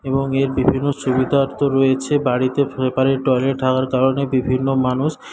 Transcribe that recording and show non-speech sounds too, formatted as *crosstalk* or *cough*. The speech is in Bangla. এবং এর বিভিন্ন সুবিধা রয়েছে বাড়িতে *unintelligible* টয়লেট থাকার কারণে বিভিন্ন মানুষ